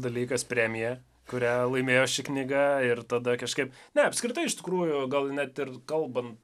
dalykas premija kurią laimėjo ši knyga ir tada kažkaip ne apskritai iš tikrųjų gal net ir kalbant